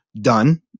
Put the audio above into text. done